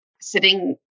sitting